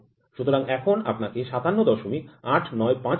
সুতরাং এখন আপনাকে ৫৭৮৯৫ তৈরি করতে হবে